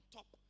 top